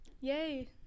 Yay